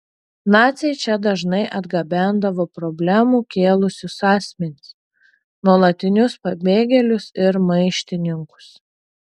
naciai čia dažnai atgabendavo problemų kėlusius asmenis nuolatinius pabėgėlius ir maištininkus